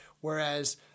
Whereas